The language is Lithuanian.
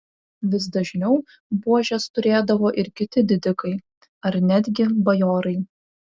vis dažniau buožes turėdavo ir kiti didikai ar netgi bajorai